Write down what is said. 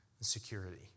security